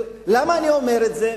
למה אני אומר את זה?